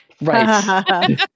Right